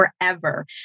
forever